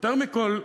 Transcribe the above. יותר מכול,